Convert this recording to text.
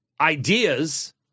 ideas